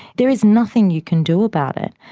there is nothing you can do about it.